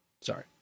Sorry